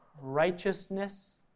righteousness